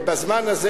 בזמן הזה,